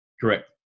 correct